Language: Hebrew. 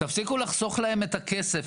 תפסיקו לחסוך להם את הכסף,